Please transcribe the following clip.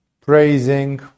praising